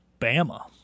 Bama